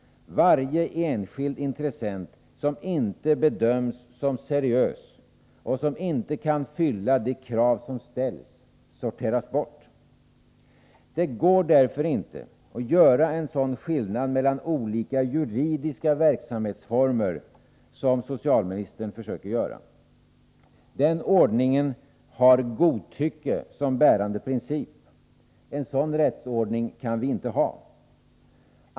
Varje enskild intressent som inte bedöms som seriös och som inte kan uppfylla de krav som ställs sorteras bort. Det går därför inte att göra en skillnad mellan olika juridiska verksamhetsformer, som socialministern försöker göra. Den ordningen har godtycke som bärande princip. En sådan rättsordning kan vi inte ha.